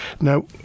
Now